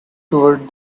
toward